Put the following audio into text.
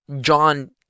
John